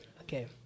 Okay